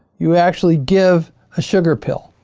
you actually give a sugar pill.